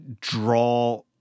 draw